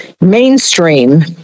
mainstream